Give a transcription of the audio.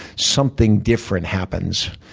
something different happens.